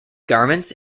garments